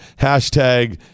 Hashtag